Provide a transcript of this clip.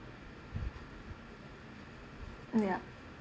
ya